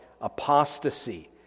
apostasy